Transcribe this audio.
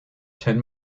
ten